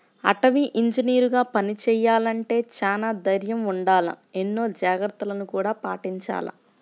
అటవీ ఇంజనీరుగా పని చెయ్యాలంటే చానా దైర్నం ఉండాల, ఎన్నో జాగర్తలను గూడా పాటించాల